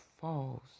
falls